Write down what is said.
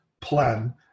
plan